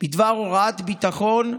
בדבר הוראת ביטחון,